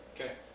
Okay